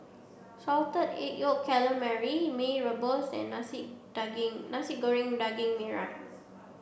salted egg yolk calamari Mee rebus and Nasi Daging Nasi Goreng Daging Merah